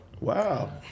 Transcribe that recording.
Wow